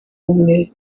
ubumwe